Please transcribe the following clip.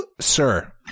Sir